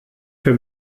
für